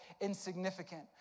insignificant